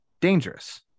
dangerous